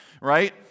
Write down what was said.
right